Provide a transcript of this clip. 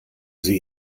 sie